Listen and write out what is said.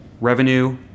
revenue